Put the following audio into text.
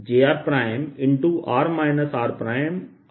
r r